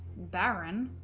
baron